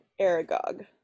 Aragog